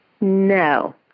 No